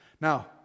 Now